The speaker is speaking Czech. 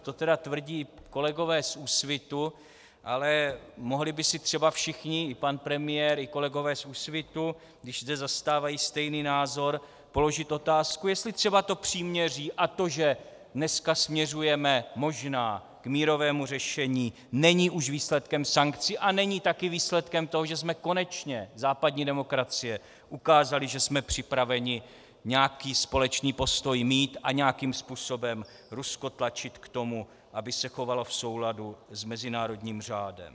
To tedy tvrdí kolegové z Úsvitu, ale mohli by si třeba všichni, i pan premiér i kolegové z Úsvitu, když zde zastávají stejný názor, položit otázku, jestli třeba to příměří a to, že dnes směřujeme možná k mírovému řešení, není už výsledkem sankcí a není také výsledkem toho, že jsme konečně západní demokracii ukázali, že jsme připraveni nějaký společný postoj mít a nějakým způsobem Rusko tlačit k tomu, aby se chovalo v souladu s mezinárodním řádem.